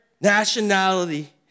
nationality